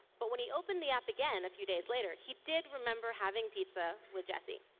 but when he opened the app again a few days later he did remember having pizza with jesse.